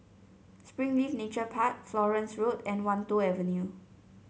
Springleaf Nature Park Florence Road and Wan Tho Avenue